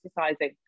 exercising